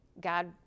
God